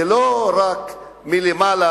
זה לא רק מלמעלה,